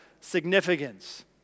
significance